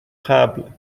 قبل